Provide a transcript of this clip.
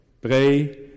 Pray